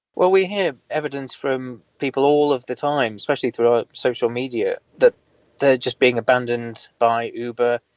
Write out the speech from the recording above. well we hear evidence from people all of the time, especially through social media, that they're just being abandoned by uber,